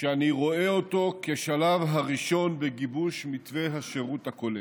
שאני רואה אותו כשלב הראשון בגיבוש מתווה השירות הכולל.